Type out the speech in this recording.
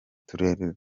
turere